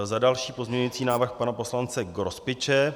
Za další, pozměňující návrh pana poslance Grospiče.